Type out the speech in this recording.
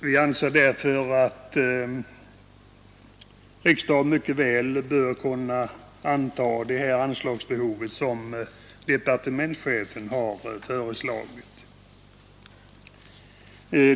Vi anser därför att riksdagen mycket väl bör kunna godta det anslag som departementschefen har föreslagit.